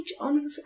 on